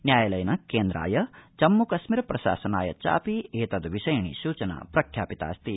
न्यायालयेन केन्द्राय जम्म्कश्मीर शासनाय चापि एतद्विषयिणी सूचना प्रख्यापितास्ति